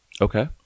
Okay